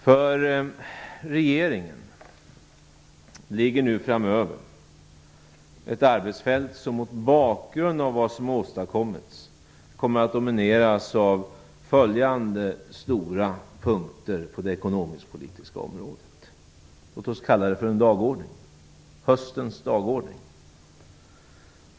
För regeringen ligger nu framöver ett arbetsfält som mot bakgrund av vad som åstadkommits kommer att domineras av följande stora punkter på det ekonomisk-politiska området. Låt oss kalla det för en dagordning - höstens dagordning.